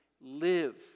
live